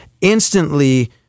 instantly